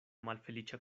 malfeliĉa